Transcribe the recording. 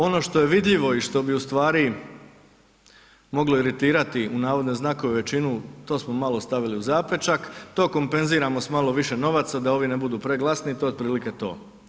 Ono što je vidljivo i što bi u stvari moglo iritirati, u navodne znakove, većinu to smo malo stavili u zapećak, to kompenziramo s malo više novaca, da ovi ne budu preglasni i to je otprilike to.